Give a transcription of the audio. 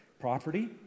property